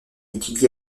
étudie